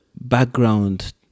background